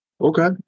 Okay